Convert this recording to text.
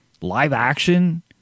live-action